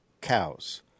cows